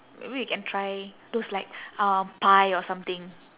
maybe we can try those like uh pie or something